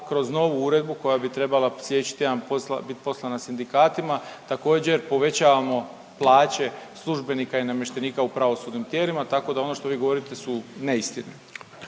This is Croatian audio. kroz novu uredbu koja bi trebala sljedeći tjedan bit poslana sindikatima, također, povećavamo plaće službenika i namještenika u pravosudnim tijelima, tako da ono što vi govorite su neistine.